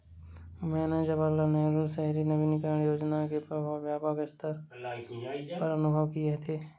मैंने जवाहरलाल नेहरू शहरी नवीनकरण योजना के प्रभाव व्यापक सत्तर पर अनुभव किये थे